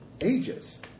ages